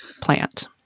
plant